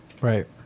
Right